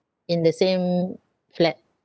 in the same flat